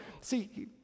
See